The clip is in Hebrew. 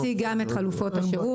נציג גם את חלופות השירות,